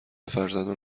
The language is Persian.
فرزندان